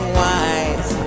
wise